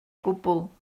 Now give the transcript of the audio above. gwbl